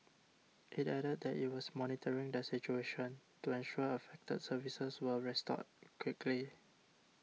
it added that it was monitoring the situation to ensure affected services were restored quickly